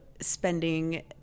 spending